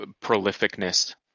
prolificness